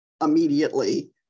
immediately